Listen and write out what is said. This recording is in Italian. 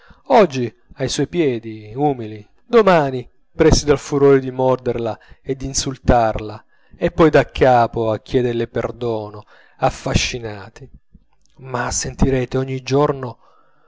oggi a suoi piedi umili domani presi dal furore di morderla e di insultarla e poi daccapo a chiederle perdono affascinati ma sentirete ogni giorno